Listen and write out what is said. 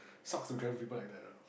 sucks to travel with people like that lah